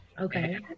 okay